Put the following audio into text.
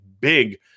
big